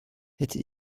hätte